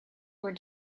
were